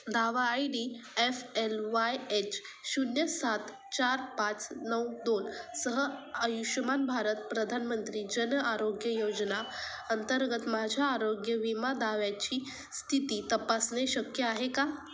दावा I D F L Y H शून्य सात चार पाच नऊ दोन सह आयुष्यमान भारत प्रधानमंत्री जन आरोग्य योजना अंतर्गत माझ्या आरोग्य विमा दाव्याची स्थिती तपासणे शक्य आहे का